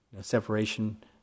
Separation